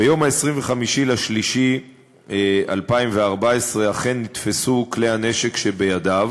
ביום 25 במרס 2014 אכן נתפסו כלי הנשק שבידיו